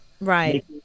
Right